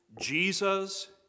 Jesus